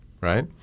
right